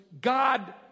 God